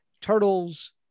Turtles